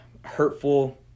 hurtful